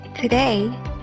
Today